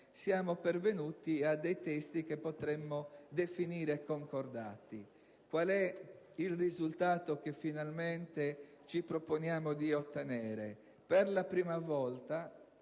siamo pervenuti a dei testi che potremmo definire concordati. Il risultato che finalmente ci proponiamo di ottenere è che dopo molte